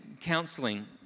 counseling